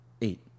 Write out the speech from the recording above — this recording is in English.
Eight